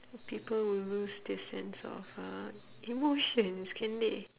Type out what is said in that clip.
people will lose their sense of uh emotions can they